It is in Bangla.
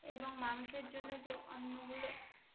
এবং মানুষের জন্য যে অন্নগুলো